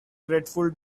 grateful